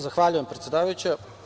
Zahvaljujem predsedavajuća.